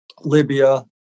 Libya